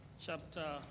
chapter